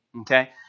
Okay